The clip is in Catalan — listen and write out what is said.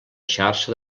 xarxa